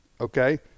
okay